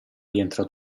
rientra